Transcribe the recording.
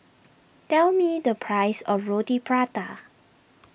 tell me the price of Roti Prata